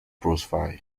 profile